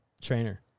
trainer